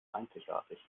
einzigartig